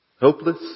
Hopeless